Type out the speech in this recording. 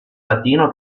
latino